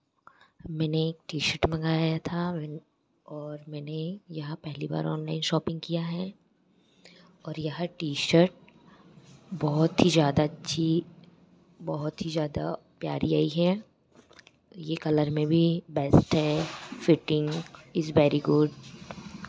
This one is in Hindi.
मैंने एक टी शर्ट मंगाया था और मैंने यहाँ पहली बार ऑनलाइन शॉपिंग किया है और यह टी शर्ट बहुत ही ज़्यादा अच्छी बहुत ही ज़्यादा प्यारी आई है ये कलर में भी बेस्ट है फ़िटिंग इज़ वेरी गुड